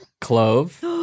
Clove